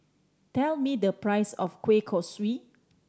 tell me the price of kueh kosui